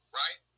right